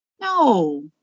no